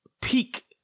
Peak